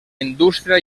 indústria